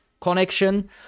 connection